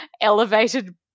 elevated